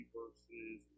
verses